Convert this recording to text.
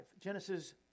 Genesis